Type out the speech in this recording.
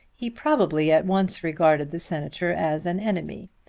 he probably at once regarded the senator as an enemy,